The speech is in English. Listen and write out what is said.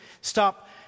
Stop